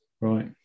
Right